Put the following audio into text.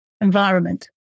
environment